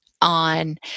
on